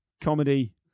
comedy